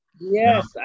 Yes